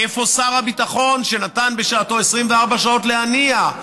איפה שר הביטחון, שנתן בשעתו 24 שעות להנייה?